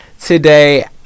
today